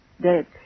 Dead